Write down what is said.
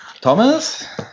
Thomas